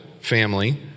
family